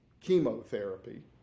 chemotherapy